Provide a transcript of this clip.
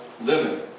living